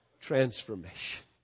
transformation